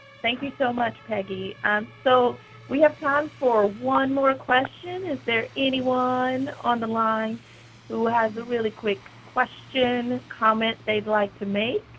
thank you so much, peggy. um so we have time for one more question. is there anyone on the line who has a really quick question or comment they'd like to make?